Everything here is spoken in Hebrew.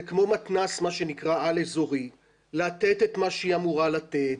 זה כמו מתנ"ס על אזורי לתת את מה שהיא אמורה לתת,